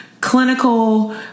clinical